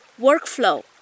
Workflow